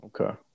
okay